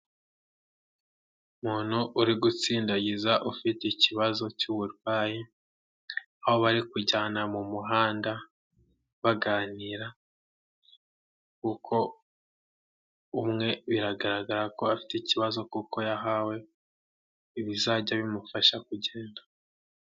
Umuntu uri gutsindagiza ufite ikibazo cy'uburwayi, aho bari kujyana mu muhanda baganira kuko umwe biragaragara ko afite ikibazo kuko yahawe ibizajya bimufasha kugenda.